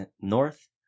north